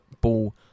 ball